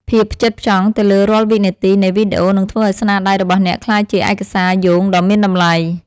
ភាពផ្ចិតផ្ចង់ទៅលើរាល់វិនាទីនៃវីដេអូនឹងធ្វើឱ្យស្នាដៃរបស់អ្នកក្លាយជាឯកសារយោងដ៏មានតម្លៃ។